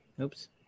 Oops